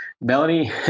Melanie